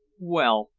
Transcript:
well,